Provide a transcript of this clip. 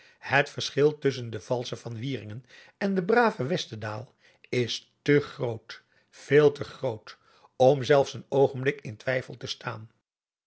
het verschil tusschen den valschen van wieringen en den braven westendaal is te groot veel te groot om zelfs een oogenblik in twijfel te staan